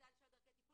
ענישה ודרכי טיפול),